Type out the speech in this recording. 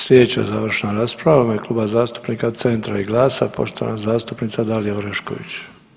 Slijedeća završna rasprava u ime Kluba zastupnika Centra i GLAS-a, poštovana zastupnica Dalija Orešković.